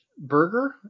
burger